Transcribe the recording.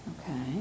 Okay